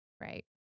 right